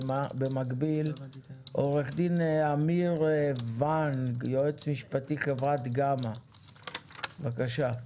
עו"ד אמיר ונג, יועץ משפטי, חברת גמא, בבקשה.